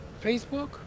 Facebook